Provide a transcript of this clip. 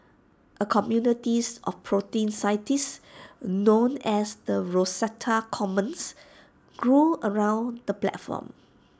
A communities of protein scientists known as the Rosetta Commons grew around the platform